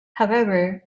however